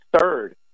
third